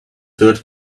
third